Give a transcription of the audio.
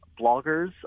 bloggers